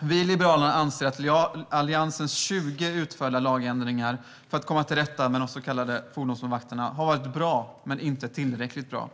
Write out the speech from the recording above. Vi i Liberalerna anser att Alliansens 20 utförda lagändringar för att komma till rätta med de så kallade fordonsmålvakterna har varit bra, men inte tillräckligt bra.